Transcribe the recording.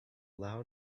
loud